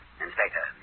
Inspector